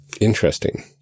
interesting